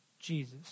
Jesus